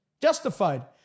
Justified